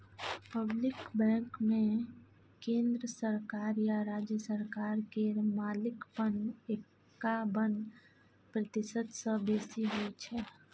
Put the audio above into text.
public बैंकमे केंद्र सरकार या राज्य सरकार केर मालिकपन एकाबन प्रतिशत सँ बेसी होइ छै